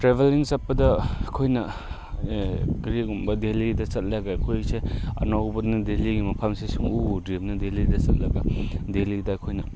ꯇ꯭ꯔꯦꯕꯦꯂꯤꯡ ꯆꯠꯄꯗ ꯑꯩꯈꯣꯏꯅ ꯀꯔꯤꯒꯨꯝꯕ ꯗꯦꯜꯂꯤꯗ ꯆꯠꯂꯒ ꯑꯩꯈꯣꯏꯁꯦ ꯑꯅꯧꯕꯅꯤꯅ ꯗꯦꯜꯂꯤꯒꯤ ꯃꯐꯝꯁꯦ ꯁꯨꯛꯎ ꯎꯗ꯭ꯔꯤꯕꯅꯤꯅ ꯗꯦꯜꯂꯤꯗ ꯆꯠꯂꯒ ꯗꯦꯜꯂꯤꯗ ꯑꯩꯈꯣꯏꯅ